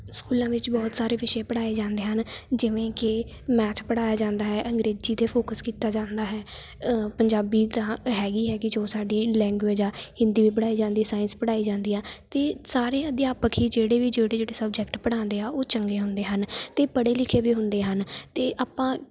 ਸਕੂਲਾਂ ਵਿੱਚ ਬਹੁਤ ਸਾਰੇ ਵਿਸ਼ੇ ਪੜ੍ਹਾਏ ਜਾਂਦੇ ਹਨ ਜਿਵੇਂ ਕਿ ਮੈਥ ਪੜ੍ਹਾਇਆ ਜਾਂਦਾ ਹੈ ਅੰਗਰੇਜ਼ੀ 'ਤੇ ਫੋਕਸ ਕੀਤਾ ਜਾਂਦਾ ਹੈ ਪੰਜਾਬੀ ਤਾਂ ਹੈ ਗਈ ਹੈ ਗਈ ਜੋ ਸਾਡੀ ਲੈਂਗੁਏਜ ਆ ਹਿੰਦੀ ਵੀ ਪੜ੍ਹਾਈ ਜਾਂਦੀ ਸਾਇੰਸ ਪੜ੍ਹਾਈ ਜਾਂਦੀ ਆ ਅਤੇ ਸਾਰੇ ਅਧਿਆਪਕ ਹੀ ਜਿਹੜੇ ਵੀ ਜਿਹੜੇ ਜਿਹੜੇ ਸਬਜੈਕਟ ਪੜਾਉਂਦੇ ਆ ਉਹ ਚੰਗੇ ਹੁੰਦੇ ਹਨ ਅਤੇ ਪੜ੍ਹੇ ਲਿਖੇ ਵੀ ਹੁੰਦੇ ਹਨ ਅਤੇ ਆਪਾਂ